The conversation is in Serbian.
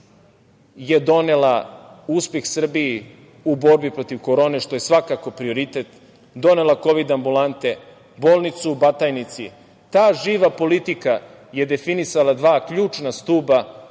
je donela uspeh Srbiji u borbi protiv Korone što je svakako prioritet, donela kovid ambulante, bolnicu u Batajnici. Ta živa politika je definisala dva ključna stuba. Prvi